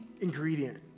ingredient